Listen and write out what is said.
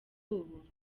ubuntu